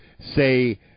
say